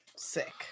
Sick